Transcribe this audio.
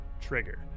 trigger